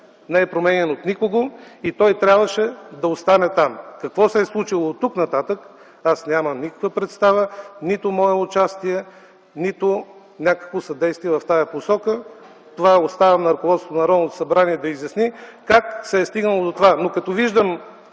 не е променян от никого и той трябваше да остане там. Какво се е случило оттук нататък аз нямам никаква представа, нито мое участие, нито някакво съдействие в тая посока. Това оставям на ръководството на Народното събрание да изясни как се е стигнало до това. Но като виждам